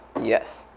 Yes